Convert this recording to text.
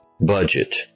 budget